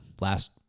last